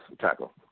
tackle